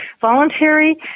voluntary